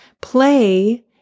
Play